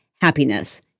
happiness